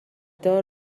دار